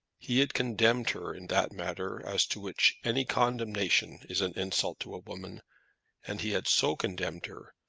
he had condemned her in that matter as to which any condemnation is an insult to a woman and he had so condemned her,